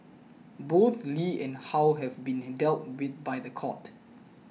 both Lee and How have been dealt with by the court